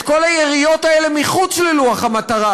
את כל היריות האלה מחוץ ללוח המטרה,